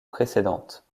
précédente